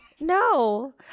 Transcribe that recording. no